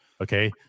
Okay